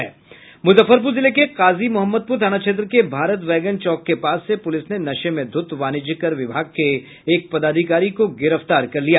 मुजफ्फरपूर जिले के काजी मोहम्मदपूर थाना क्षेत्र के भारत वैगन चौक के पास से पूलिस ने नशे में ध्रत वाणिज्य कर विभाग के एक पदाधिकारी को गिरफ्तार कर लिया